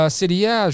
seria